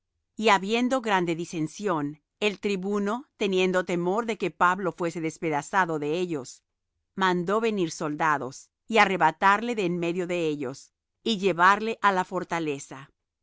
y habiendo grande disensión el tribuno teniendo temor de que pablo fuese despedazado de ellos mandó venir soldados y arrebatarle de en medio de ellos y llevarle á la fortaleza